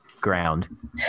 ground